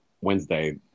Wednesday